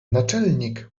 naczelnik